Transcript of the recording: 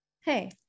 Hey